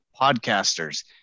Podcasters